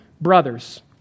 brothers